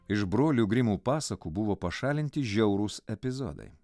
iš brolių grimų pasakų buvo pašalinti žiaurūs epizodai